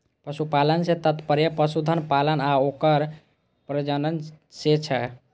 पशुपालन सं तात्पर्य पशुधन पालन आ ओकर प्रजनन सं छै